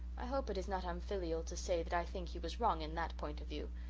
i hope it is not unfilial to say that i think he was wrong in that point of view,